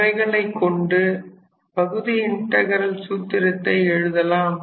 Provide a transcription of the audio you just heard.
இவைகளைக் கொண்டு பகுதி இன்டகிரல் சூத்திரத்தை எழுதலாம்